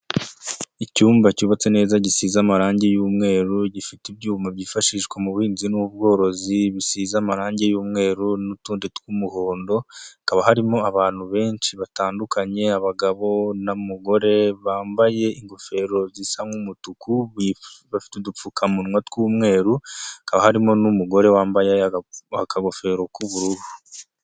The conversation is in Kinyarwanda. Icyumba cyubatse neza gisize amarangi yu'mweru gifite ibyuma byifashishwa mu buhinzi n'ubworozi bisize amarangi y'umweru n'utundi tw'umuhondo hakaba harimo abantu benshi batandukanye abagabo n'umugore bambaye ingofero zisa nk'umutuku bafite udupfukamunwa tw'umweru hakaba harimo n'umugore wambaye akagofero k'ubururu.